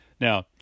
Now